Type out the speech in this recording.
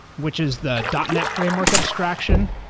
which is the dot net framework abstraction,